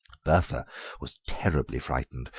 bertha was terribly frightened,